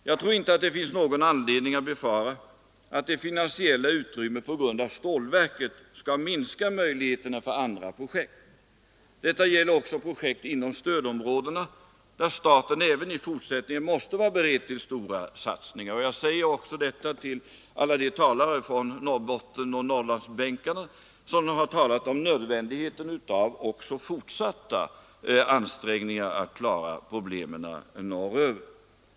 Jag tror inte att det finns någon anledning befara att det finansiella utrymmet på grund av stålverket skall minska möjligheterna för andra projekt. Detta gäller också projekt inom stödområdena, där staten även i forsättningen måste vara beredd på stora satsningar. Jag säger detta främst till alla de talare från Norrbotten och på Norrlandsbänken här i kammaren som talat om nödvändigheten av fortsatta ansträngningar för att klara problemen norröver.